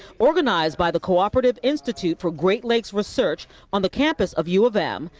organized by the cooperative institute for great lakes research on the campus of u of m,